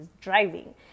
driving